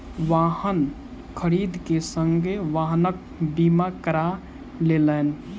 वाहन खरीद के संगे वाहनक बीमा करा लेलैन